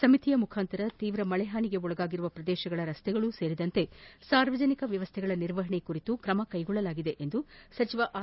ಸಮಿತಿಯ ಮುಖಾಂತರ ತೀವ್ರ ಮಳೆಹಾನಿ ಒಳಗಾಗಿರುವ ಶ್ರದೇಶಗಳ ರಸ್ತೆಗಳು ಸೇರಿದಂತೆ ಸಾರ್ವಜನಿಕ ವ್ಯವಸ್ಥೆಗಳ ನಿರ್ವಹಣೆ ಕುರಿತು ಕ್ರಮ ಕೈಗೊಳ್ಳಲಾಗಿದೆ ಎಂದು ಸಚಿವ ಆರ್